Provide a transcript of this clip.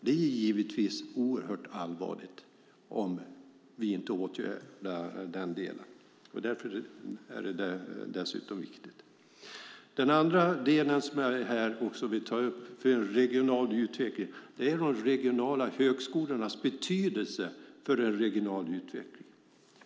Det är givetvis oerhört allvarligt om vi inte åtgärdar den delen. Därför är det viktigt. Den andra delen jag också vill ta upp när det gäller regional utveckling är de regionala högskolornas betydelse för en regional utveckling.